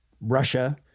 Russia